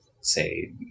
say